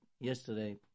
yesterday